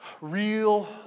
Real